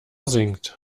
singt